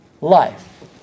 life